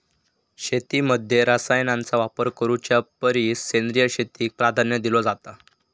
शेतीमध्ये रसायनांचा वापर करुच्या परिस सेंद्रिय शेतीक प्राधान्य दिलो जाता